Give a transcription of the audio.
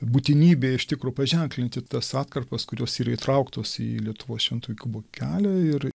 būtinybė iš tikro paženklinti tas atkarpas kurios yra įtrauktos į lietuvos šventojo jokūbo kelią ir